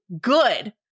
good